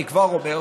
אני כבר אומר,